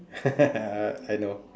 I know